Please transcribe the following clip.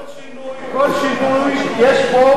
כל שינוי יש בו,